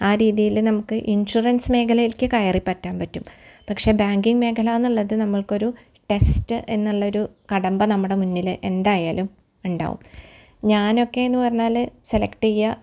ആ രീതീൽ നമുക്ക് ഇന്ഷൊറന്സ് മേഖലയിലേക്ക് കയറിപ്പറ്റാമ്പറ്റും പക്ഷേ ബാങ്കിങ് മേഖലാന്നുള്ളത് നമ്മള്ക്കൊരു ടെസ്റ്റ് എന്നുള്ളൊരു കടമ്പ നമ്മുടെ മുന്നിൽ എന്തായാലും ഉണ്ടാവും ഞാനൊക്കേന്ന് പറഞ്ഞാൽ സെലക്റ് ചെയ്യാം